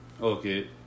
Okay